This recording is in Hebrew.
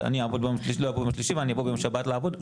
אני לא אעבוד ביום שלישי ואבוא ביום שבת לא.